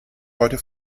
heute